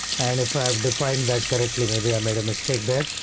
and if i've defined that correctly, maybe i made a mistake there,